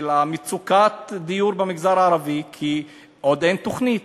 של מצוקת הדיור במגזר הערבי, כי עוד אין תוכנית.